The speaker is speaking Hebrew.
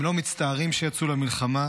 הם לא מצטערים שיצאו למלחמה,